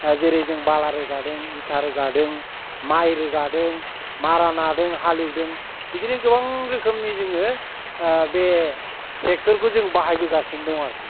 जेरै जों बाला रोगादों इटा रोगादों माइ रोगादों मारा नादों हालेवदों बिदिनो गोबां रोखोमनि जोङो बे ट्रेक्टरखौ जों बाहायबोगासिनो दं आरोखि